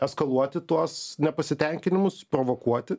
eskaluoti tuos nepasitenkinimus provokuoti